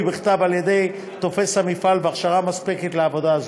בכתב על ידי תופש המפעל והכשרה מספקת לעבודה זו.